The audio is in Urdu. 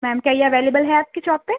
میم کیا یہ اویلیبل ہے آپ کی شاپ پہ